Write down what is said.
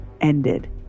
ended